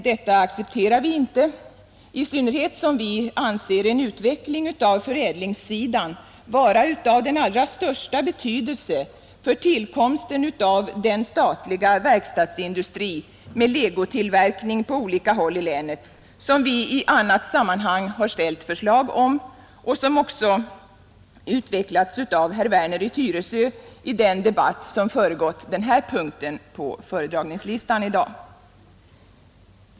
Detta accepterar vi inte, i synnerhet som vi anser en utveckling av förädlingssidan vara av den allra största betydelse för tillkomsten av den statliga verkstadsindustri med legotillverkning på olika håll i länet, som vi i annat sammanhang ställt förslag om och som också utvecklats av herr Werner i Tyresö i den debatt som föregått den här punkten på föredragningslistan i dag.